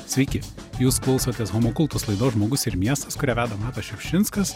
sveiki jūs klausotės humo cultus laidos žmogus ir miestas kurią veda matas šiupšinskas